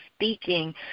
speaking